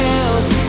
else